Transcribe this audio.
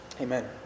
Amen